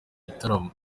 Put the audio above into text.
gitaramo